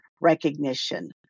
recognition